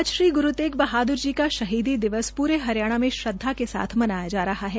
आज श्री गुरू तेग बहादुर जी का शहीदी दिवस पूरे हरियाणा में श्रद्वा के साथ मनाया जा रहा है